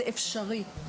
זה אפשרי.